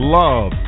love